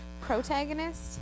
Protagonist